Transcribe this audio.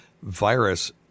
virus